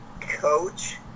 coach